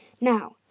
Now